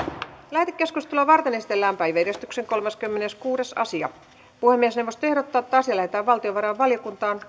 lähetekeskustelua varten esitellään päiväjärjestyksen kolmaskymmeneskuudes asia puhemiesneuvosto ehdottaa että asia lähetetään valtiovarainvaliokuntaan